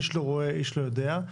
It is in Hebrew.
איש לא רואה איש לא יודע,